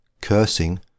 cursing